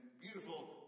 beautiful